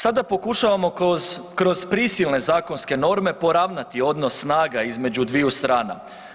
Sada pokušavamo kroz prisilne zakonske norme poravnati odnos snaga između dviju strana.